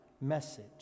message